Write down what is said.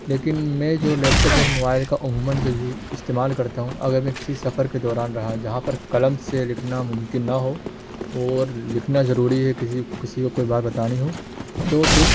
لیکن میں جو لیپ ٹاپ اور موبائل کا عموماً جو یو استعمال کرتا ہوں اگر میں کسی سفر کے دوران رہا جہاں پر قلم سے لکھنا ممکن نہ ہو اور لکھنا ضروری ہے کسی کو کوئی بات بتانی ہو تو پھر